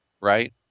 right